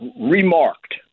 remarked